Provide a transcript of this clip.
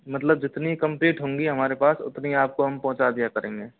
मतलब जितनी कंप्लीट होंगी हमारे पास उतनी आपको हम पहुँचा दिया करेंगे